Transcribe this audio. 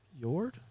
Yord